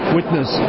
witness